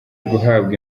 guhabwa